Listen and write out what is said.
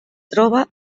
troba